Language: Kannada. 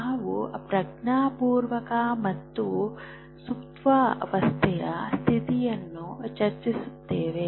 ನಾವು ಪ್ರಜ್ಞಾಪೂರ್ವಕ ಮತ್ತು ಸುಪ್ತಾವಸ್ಥೆಯ ಸ್ಥಿತಿಯನ್ನು ಚರ್ಚಿಸುತ್ತೇವೆ